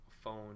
phone